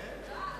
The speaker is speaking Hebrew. מה